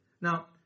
Now